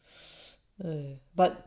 ah but